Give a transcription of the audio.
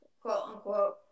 quote-unquote